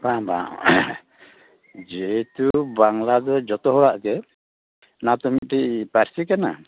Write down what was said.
ᱵᱟᱝ ᱵᱟᱝ ᱡᱮᱦᱮᱛᱩ ᱵᱟᱝᱞᱟ ᱫᱚ ᱡᱚᱛᱚ ᱦᱚᱲᱟᱜ ᱜᱮ ᱚᱱᱟ ᱛᱚ ᱢᱤᱫᱴᱮᱡ ᱯᱟᱹᱨᱥᱤ ᱠᱟᱱᱟ